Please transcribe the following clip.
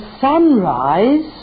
sunrise